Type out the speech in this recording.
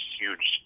huge